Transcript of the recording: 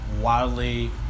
wildly